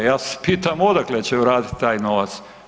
Ja se pitam odakle će vratiti taj novac?